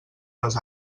les